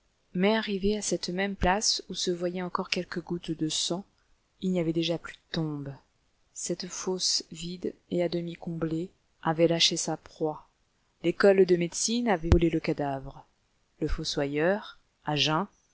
mais arrivé à cette même place où se voyaient encore quelques gouttes de sang il n'y avait déjà plus de tombe cette fosse vide et à demi comblée avait lâché sa proie l'école de médecine avait volé le cadavre le fossoyeur à jeun